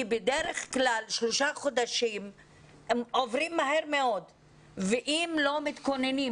בדרך כלל שלושה חודשים עוברים מהר מאוד ואם לא מתכוננים